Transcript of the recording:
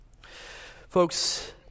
Folks